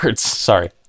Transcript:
Sorry